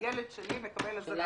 הילד שלי מקבל עזרה מבית ספר --- השאלה